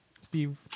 Steve